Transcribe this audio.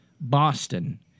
Boston